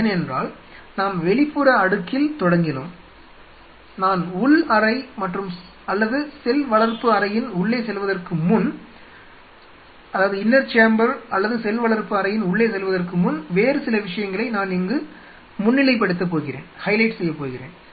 ஏனென்றால் நாம் வெளிப்புற அடுக்கில் தொடங்கினோம் நான் உள் அறை அல்லது செல் வளர்ப்பு அறையின் உள்ளே செல்வதற்கு முன் வேறு சில விஷயங்களை நான் இங்கு முன்னிலைப்படுத்தப் போகிறேன்